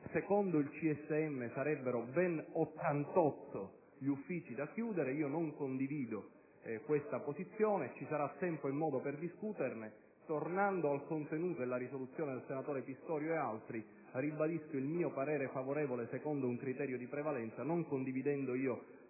Secondo il CSM sarebbero ben 88 gli uffici da chiudere; io non condivido questa posizione, ma ci sarà tempo e modo per discuterne. Tornando alla proposta di risoluzione del senatore Pistorio ed altri, ribadisco il mio parere favorevole secondo un criterio di prevalenza, non condividendo,